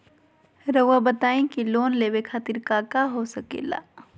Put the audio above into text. रउआ बताई की लोन लेवे खातिर काका हो सके ला?